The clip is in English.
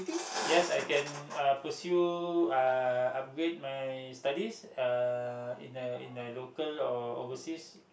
yes I can uh pursue uh upgrade my studies uh in the in the local or overseas